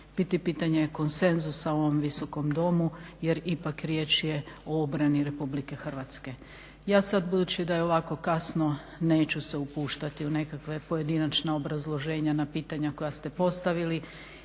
biti pitanje konsenzusa u ovom Visokom domu jer ipak riječ je o obrani RH. Ja sada budući da je ovako kasno neću se upuštati u nekakva pojedinačna obrazloženja na pitanja koja ste postavili